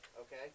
Okay